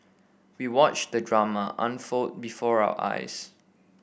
we watched the drama unfold before our eyes